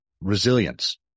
Resilience